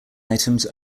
items